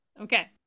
Okay